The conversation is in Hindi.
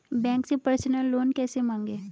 बैंक से पर्सनल लोन कैसे मांगें?